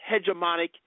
hegemonic